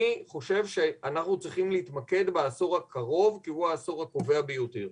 אני חושב שאנחנו צריכים להתמקד בעשור הקרוב כי הוא העשור הקובע ביותר.